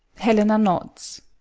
helena nods.